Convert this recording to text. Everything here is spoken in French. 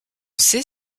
sait